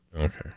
Okay